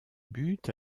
but